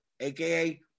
aka